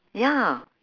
ya